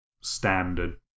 standard